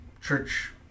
church